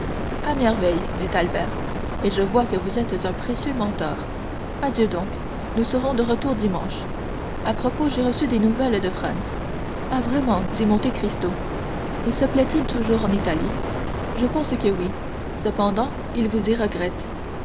à merveille dit albert et je vois que vous êtes un précieux mentor adieu donc nous serons de retour dimanche à propos j'ai reçu des nouvelles de franz ah vraiment dit monte cristo et se plaît-il toujours en italie je pense que oui cependant il vous y regrette